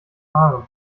haaren